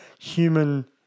human